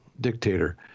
dictator